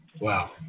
Wow